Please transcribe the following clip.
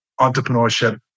entrepreneurship